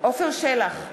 עפר שלח,